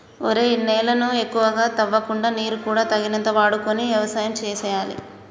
ఒరేయ్ నేలను ఎక్కువగా తవ్వకుండా నీరు కూడా తగినంత వాడుకొని యవసాయం సేయాలి